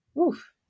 oof